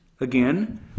again